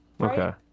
Okay